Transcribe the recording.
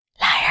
Liar